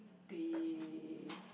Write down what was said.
be